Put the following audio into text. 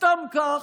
סתם כך,